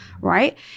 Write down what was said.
right